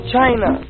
China